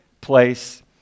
place